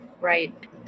right